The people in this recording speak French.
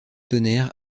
tonnerre